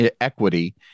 equity